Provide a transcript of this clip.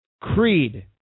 Creed